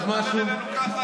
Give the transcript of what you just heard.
מתנהג אלינו ככה?